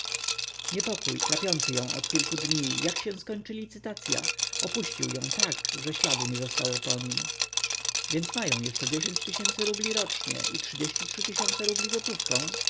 niepokój trapiący ją od kilku dni jak się skończy licytacya opuścił ją tak że śladu nie zostało po nim więc mają jeszcze dziesięć tysięcy rubli rocznie i trzydzieści tysięcy rubli gotówką